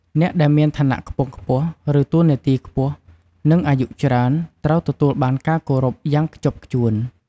អ្នកដែលមាន ឋានៈខ្ពង់ខ្ពស់ ឬតួនាទីខ្ពស់ និង អាយុច្រើន ត្រូវទទួលបានការគោរពយ៉ាងខ្ជាប់ខ្ជួន។